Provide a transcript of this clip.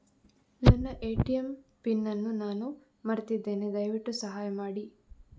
ನನ್ನ ATM PIN ಅನ್ನು ನಾನು ಮರ್ತಿದ್ಧೇನೆ, ದಯವಿಟ್ಟು ಸಹಾಯ ಮಾಡಿ